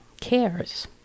cares